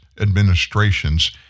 administrations